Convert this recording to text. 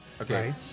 okay